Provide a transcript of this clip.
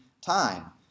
time